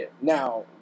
now